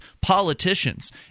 politicians